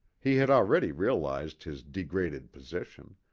he had already realized his degraded position,